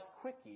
quickie